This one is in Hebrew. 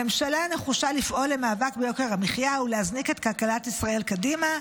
הממשלה נחושה לפעול למאבק ביוקר המחיה ולהזניק את כלכלת ישראל קדימה,